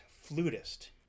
flutist